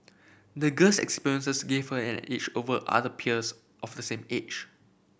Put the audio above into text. the girl's experiences gave her an edge over other peers of the same age